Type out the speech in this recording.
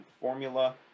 formula